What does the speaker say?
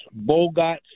Bogot